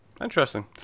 Interesting